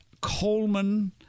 Coleman